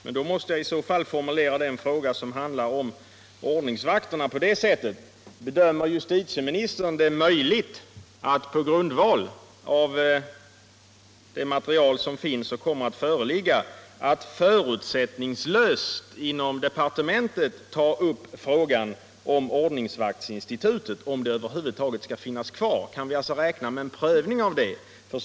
Men då måste jag formulera den fråga som handlar om ordningsvakterna på detta sätt: Bedömer justitieministern det möjligt att på grundval av det material som finns och kommer att föreligga inom departementet förutsättningslöst ta upp frågan om huruvida ordningsvaktsinstitutet över huvud taget skall få finnas kvar? Kan vi alltså räkna med en prövning av den frågan?